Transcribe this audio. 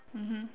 mmhmm